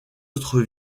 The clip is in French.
autre